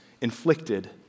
inflicted